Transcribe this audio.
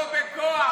לא בכוח.